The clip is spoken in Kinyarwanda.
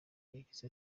yagize